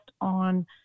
on